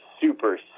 super